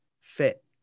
fit